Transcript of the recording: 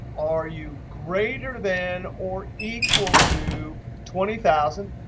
are you greater than or equal to twenty thousand